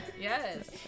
yes